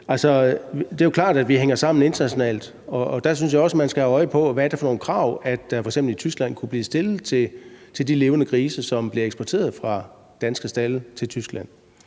Det er jo klart, at vi hænger sammen internationalt, og der synes jeg også, man skal have øje på, hvad det er for nogle krav, der kunne blive stillet, f.eks. i Tyskland, i forhold til de levende grise, som bliver eksporteret fra danske stalde til Tyskland.